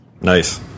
Nice